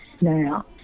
now